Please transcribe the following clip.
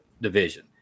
division